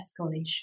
escalation